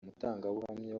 umutangabuhamya